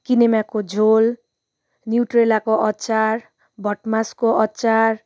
किनामाको झोल न्युट्रेलाको अचार भटमासको अचार